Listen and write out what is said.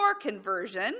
conversion